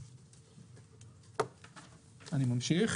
אני ממשיך.